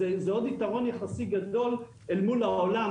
זה עוד יתרון יחסי גדול אל מול העולם